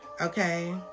okay